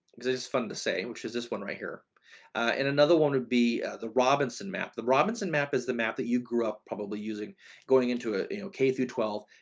because it's fun to say, which is this one right here and another one would be the robinson map. the robinson map is the map that you grew up probably using going into ah you know k through twelve.